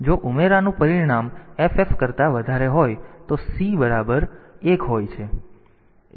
તેથી જો ઉમેરોનું પરિણામ FF કરતા વધારે હોય તો C બરાબર એક હોય છે